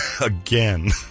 Again